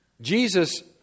Jesus